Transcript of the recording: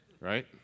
Right